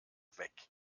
weg